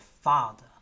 father